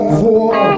war